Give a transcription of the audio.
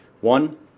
one